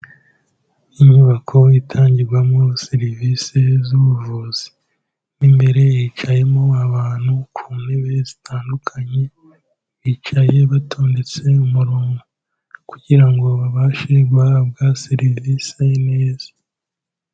Inyubako itangirwamo serivisi z'ubuvuzi, mo imbere hicayemo abantu ku ntebe zitandukanye, bicaye batondetse umurongo kugira ngo babashe guhabwa serivisi neza.